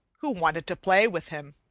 who wanted to play with him.